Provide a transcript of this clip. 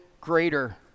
greater